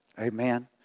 Amen